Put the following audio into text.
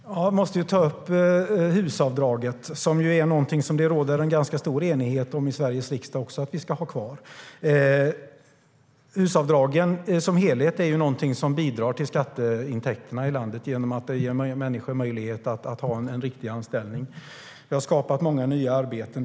Fru talman! Jag måste ta upp HUS-avdraget, som ju är någonting som det råder en ganska stor enighet om i Sveriges riksdag att vi ska ha kvar. HUS-avdragen som helhet är något som bidrar till skatteintäkterna i landet genom att det ger människor möjlighet att ha en riktig anställning. Det har skapat många nya arbeten.